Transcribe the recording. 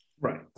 Right